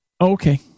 Okay